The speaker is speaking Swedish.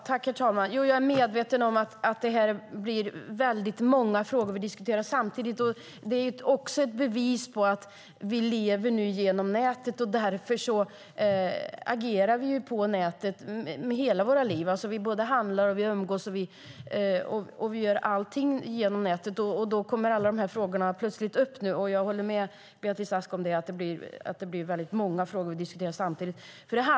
Herr talman! Jo, jag är medveten om att det blir många frågor vi diskuterar samtidigt. Det är också ett bevis på att vi nu lever genom nätet. Därför agerar vi på nätet med hela våra liv. Vi handlar och vi umgås och vi gör allting genom nätet. Då kommer alla de här frågorna plötsligt upp. Jag håller med Beatrice Ask om att det blir väldigt många frågor att diskutera samtidigt.